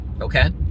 Okay